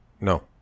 No